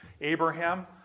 Abraham